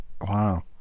Wow